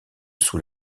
sous